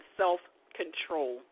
self-control